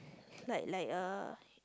like like a